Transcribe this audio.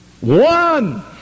one